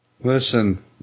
Listen